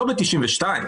לא ב-1992,